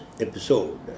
episode